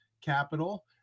capital